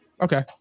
okay